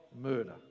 murder